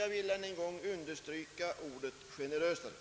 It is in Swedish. Jag vill ännu en gång understryka ordet generösare.